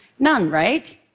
none, right?